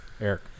Eric